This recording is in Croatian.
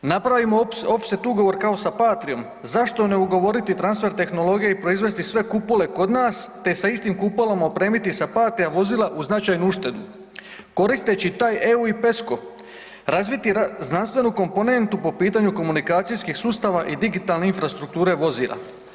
Napravimo off set ugovor kao sa Patrijom, zašto ne ugovoriti transfer tehnologije i proizvesti sve kupole kod nas te sa istim kupolama opremiti sva Patrija vozila uz značajnu uštedu, koristeći taj EU i PESCO, razviti znanstvenu komponentu po pitanju komunikacijskih sustava i digitalne infrastrukture vozila.